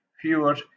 fewer